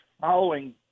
following